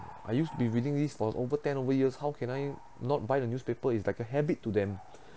I used to be reading this for over ten over years how can I not buy the newspaper is like a habit to them